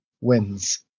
wins